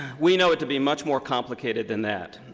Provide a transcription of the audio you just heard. we know it to be much more complicated than that.